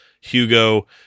Hugo